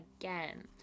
again